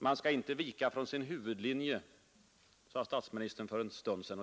Man skall inte vika från sin huvudlinje, sade statsministern för en stund sedan.